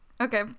Okay